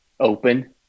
open